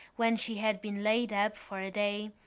when she had been laid up for a day,